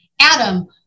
Adam